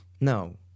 No